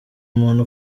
umuntu